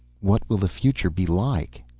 what will the future be like?